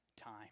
time